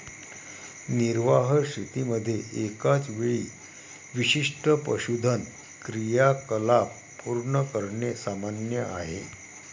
निर्वाह शेतीमध्ये एकाच वेळी विशिष्ट पशुधन क्रियाकलाप पूर्ण करणे सामान्य आहे